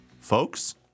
folks